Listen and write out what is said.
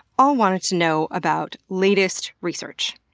all wanted to know about latest research.